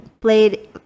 played